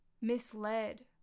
misled